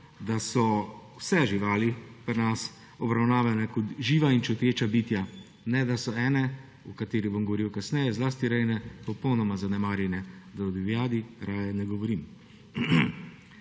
da so vse živali pri nas obravnavane kot živa in čuteča bitja, ne da so ene, o katerih bom govoril kasneje, zlasti rejne, popolnoma zanemarjene, da o divjadi raje ne govorim.